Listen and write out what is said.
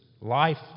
life